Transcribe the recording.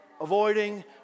avoiding